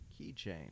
Keychain